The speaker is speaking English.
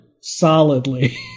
solidly